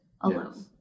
alone